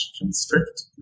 constrict